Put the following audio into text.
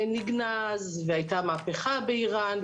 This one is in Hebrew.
נגנז והיתה מהפכה באיראן.